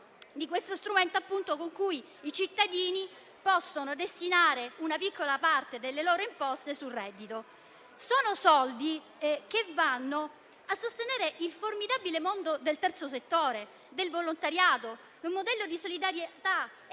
a questo strumento i cittadini possono destinare una piccola parte delle loro imposte sul reddito per sostenere il formidabile mondo del terzo settore, del volontariato e un modello di solidarietà e